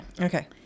Okay